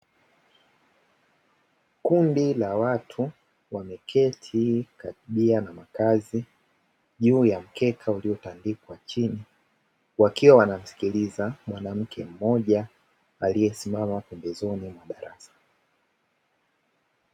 Kundi la watu wameketi karibia na makazi juu ya mkeka uliotandikwa chini, wakiwa wanamsikiliza mwanamke mmoja aliyesimama pembezoni mwa darasa.